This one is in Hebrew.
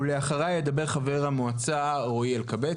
ולאחריה ידבר חבר המועצה רועי אלקבץ,